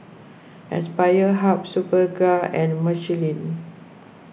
Aspire Hub Superga and Michelin